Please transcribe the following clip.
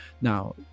Now